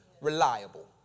reliable